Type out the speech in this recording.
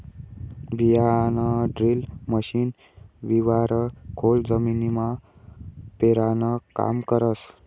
बियाणंड्रील मशीन बिवारं खोल जमीनमा पेरानं काम करस